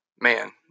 Man